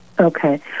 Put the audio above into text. okay